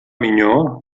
minyó